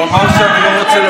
מה עשית?